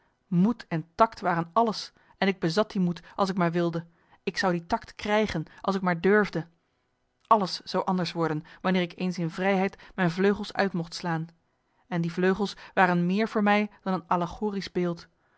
en takt waren alles en ik bezat die moed als ik maar wilde ik zou die marcellus emants een nagelaten bekentenis takt krijgen als ik maar durfde alles zou anders worden wanneer ik eens in vrijheid mijn vleugels uit mocht slaan en die vleugels waren meer voor mij dan een allegorisch beeld